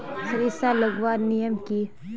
सरिसा लगवार नियम की?